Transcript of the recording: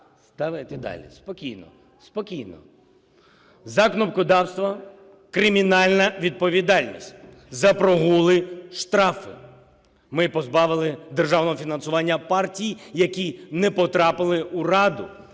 Давайте далі. Спокійно! Спокійно! За кнопкодавство – кримінальна відповідальність. За прогули – штрафи. Ми позбавили державного фінансування партії, які не потрапили у Раду.